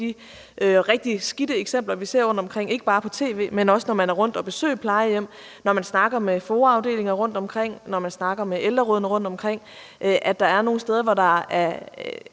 de rigtig skidte eksempler, vi ser rundtomkring – ikke bare på tv, men også, når man tager rundt og besøger plejehjem, når man snakker med FOA-afdelinger rundtomkring, og når man snakker med ældrerådene rundtomkring – er tale om, at der er